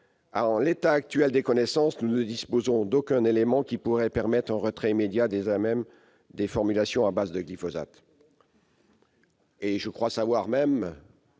En l'état actuel des connaissances, nous ne disposons d'aucun élément qui pourrait permettre un retrait immédiat des AMM des formulations à base de glyphosate.